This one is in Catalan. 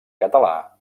català